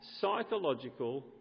psychological